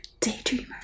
daydreamer